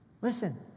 Listen